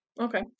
Okay